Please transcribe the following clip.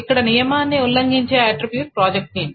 ఇక్కడ నియమాన్ని ఉల్లంఘించే ఆట్రిబ్యూట్ ప్రాజెక్ట్ నేమ్